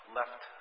left